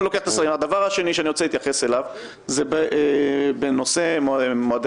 דבר שני שאני רוצה להתייחס אליו זה בנושא מועדי